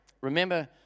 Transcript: Remember